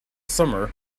summer